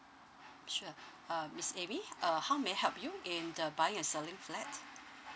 sure uh miss amy uh how may I help you in the buying and selling flat